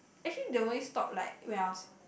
actually they only stop like when I was